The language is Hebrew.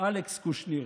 אלכס קושניר.